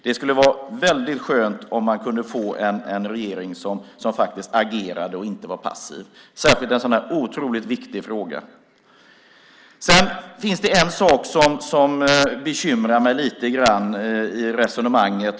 Det skulle vara väldigt skönt om man kunde få en regering som faktiskt agerar och inte är passiv, särskilt i en så här otroligt viktig fråga. Det är en sak som bekymrar mig lite grann i resonemanget.